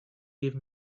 give